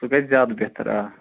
سُہ گَژھِ زیادٕ بہتر آ